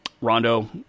Rondo